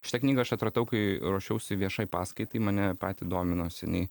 šitą knygą aš atradau kai ruošiausi viešai paskaitai mane patį domino seniai